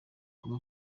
kuba